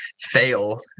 fail